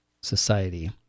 society